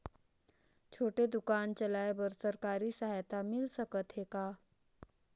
छोटे दुकान चलाय बर सरकारी सहायता मिल सकत हे का?